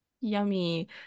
yummy